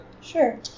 Sure